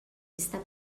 está